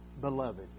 beloved